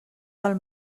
del